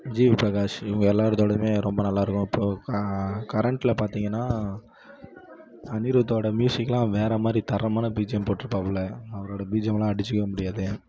GV Prakash இவங்க எல்லாருதோடமே ரொம்ப நல்லா இருக்கும் இப்போ க கரெண்ட்டில் பார்த்தீங்கன்னா அனிரூத்தோட மியூசிக் எல்லாம் வேறு மாதிரி தரமான பிஜிஎம் போட்ருபாப்பில அவரோட பிஜிஎம் எல்லாம் அடிச்சிக்கவே முடியாது